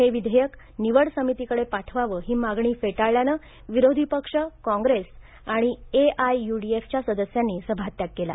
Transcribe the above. हे विधेयक निवड समितीकडे पाठवावं ही मागणी फेटाळल्यानं विरोधी पक्ष काँग्रेस आणि एआययुडीएफ च्या सदस्यांनी सभत्याग केला